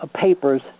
papers